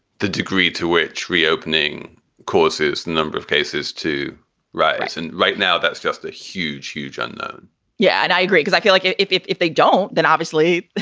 the degree to which reopening causes number of cases to rise. and right now, that's just a huge, huge unknown yeah, and i agree, because i feel like if if if they don't, then obviously,